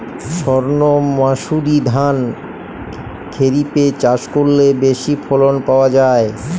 সর্ণমাসুরি ধান খরিপে চাষ করলে বেশি ফলন পাওয়া যায়?